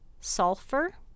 sulfur